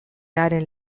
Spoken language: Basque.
haren